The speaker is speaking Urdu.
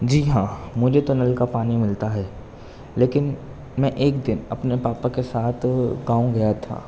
جی ہاں مجھے تو نل کا پانی ملتا ہے لیکن میں ایک دن اپنے پاپا کے ساتھ گاؤں گیا تھا